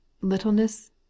littleness